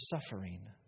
suffering